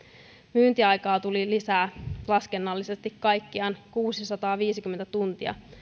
myyntiaikaa tuli lisää laskennallisesti kaikkiaan kuusisataaviisikymmentä tuntia